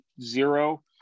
zero